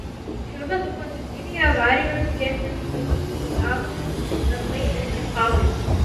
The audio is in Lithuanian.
šiuo metu pagrindiniai avarijos grėsmės likvidavimo darbai eina į pabaigą